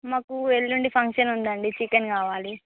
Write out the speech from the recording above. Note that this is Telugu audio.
మాకు ఎల్లుండి ఫంక్షన్ ఉంది అండి చికెన్ కావాలి